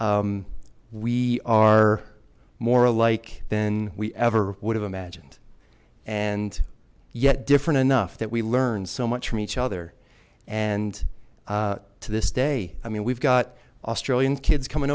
we are more alike than we ever would have imagined and yet different enough that we learned so much from each other and to this day i mean we've got australian kids coming